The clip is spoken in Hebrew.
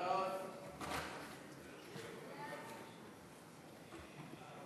חוק-יסוד: הממשלה (תיקון מס' 3)